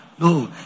No